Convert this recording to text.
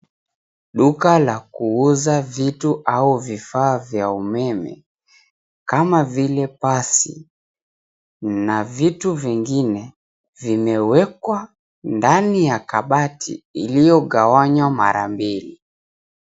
Duka la kuuza vitu au vifaa vya umeme, kama vile pasi na vitu vingine vimewekwa ndani ya kabati iliyogawanywa mara mbili.